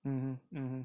mmhmm mmhmm